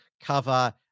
cover